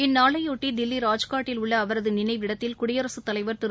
இந்நாளையொட்டிதில்லி ராஜ்காட்டில் உள்ளஅவரதுநினைவிடத்தில் குடியரசுத் தலைவர் திரு